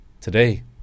Today